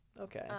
okay